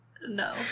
No